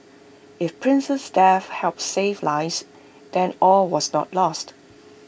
if prince's death helps save lives then all was not lost